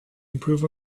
improve